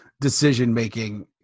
decision-making